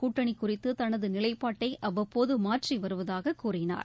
கூட்டணிக் குறித்து தனது நிலைப்பாட்டை அவ்வப்போது மாற்றி வருவதாக கூறினார்